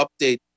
update